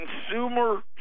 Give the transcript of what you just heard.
Consumer